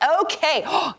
Okay